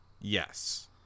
Yes